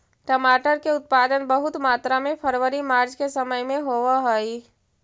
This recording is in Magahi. टमाटर के उत्पादन बहुत मात्रा में फरवरी मार्च के समय में होवऽ हइ